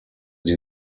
sie